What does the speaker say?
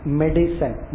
medicine